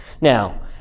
Now